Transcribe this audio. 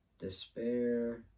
Despair